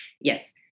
Yes